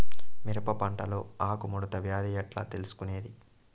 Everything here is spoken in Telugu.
మిరప పంటలో ఆకు ముడత వ్యాధి ఎట్లా తెలుసుకొనేది?